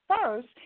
first